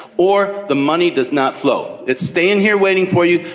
or the money does not flow. it's staying here waiting for you,